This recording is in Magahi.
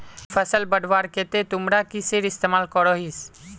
फसल बढ़वार केते तुमरा किसेर इस्तेमाल करोहिस?